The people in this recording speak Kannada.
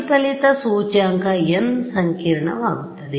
ಪ್ರತಿಫಲಿತ ಸೂಚ್ಯಂಕ n ಸಂಕೀರ್ಣವಾಗುತ್ತದೆ